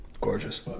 Gorgeous